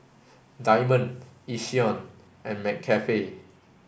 Diamond Yishion and McCafe